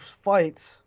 fights